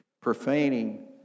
profaning